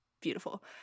beautiful